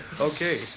Okay